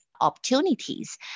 opportunities